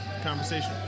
conversation